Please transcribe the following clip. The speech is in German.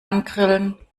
angrillen